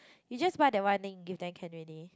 you just buy that one then you give them can already